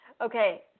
Okay